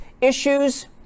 issues